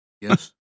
Yes